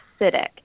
acidic